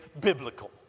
biblical